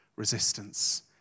Resistance